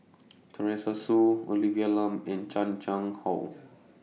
Teresa Hsu Olivia Lum and Chan Chang How